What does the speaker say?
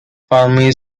fermi